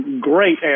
great